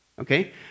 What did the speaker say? Okay